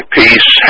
peace